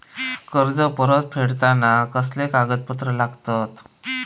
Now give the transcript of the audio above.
कर्ज परत फेडताना कसले कागदपत्र लागतत?